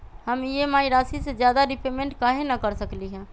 हम ई.एम.आई राशि से ज्यादा रीपेमेंट कहे न कर सकलि ह?